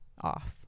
off